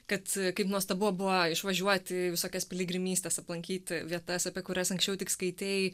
kad kaip nuostabu buvo išvažiuoti į visokias piligrimystes aplankyti vietas apie kurias anksčiau tik skaitei